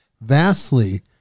vastly